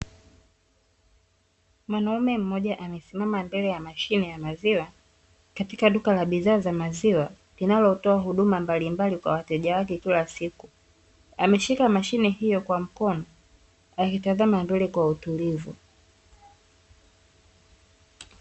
Mwanaume mmoja amesimama mbele ya mashine ya maziwa katika duka la bidhaa za maziwa linalotoa huduma mbalimbali kwa wateja wake kila siku. Ameshika mashine hiyo kwa mkono, akitazama mbele kwa utulivu.